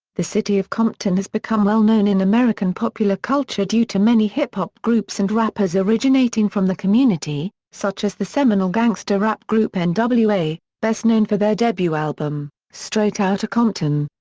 the city of compton has become well known in american popular culture due to many hip hop groups and rappers originating from the community, such as the seminal gangsta rap group n w a, best known for their debut album, straight outta compton.